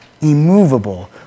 immovable